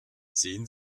sehen